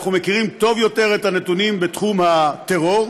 אנחנו מכירים טוב יותר את הנתונים בתחום הטרור,